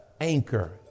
anchor